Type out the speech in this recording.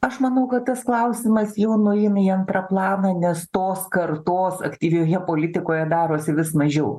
aš manau kad tas klausimas jau nueina į antrą planą nes tos kartos aktyvioje politikoje darosi vis mažiau